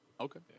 Okay